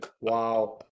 Wow